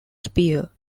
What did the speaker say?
spear